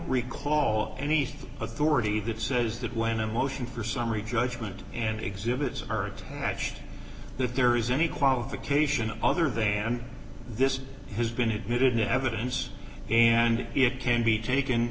recall any authority that says that when a motion for summary judgment and exhibits are attached if there is any qualification other than this has been admitted into evidence and it can be taken